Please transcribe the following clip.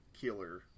killer